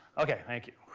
okay. thank you.